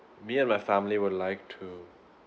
me and my family would like to